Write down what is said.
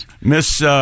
miss